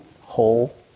whole